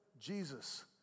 Jesus